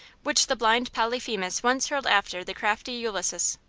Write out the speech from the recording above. which the blind polyphemus once hurled after the crafty ulysses.